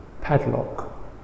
padlock